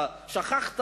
אתה שכחת.